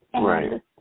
Right